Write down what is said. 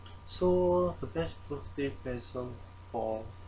so the best birthday present for